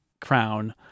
crown